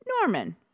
Norman